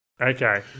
Okay